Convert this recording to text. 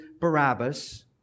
Barabbas